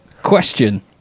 Question